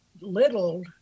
little